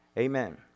Amen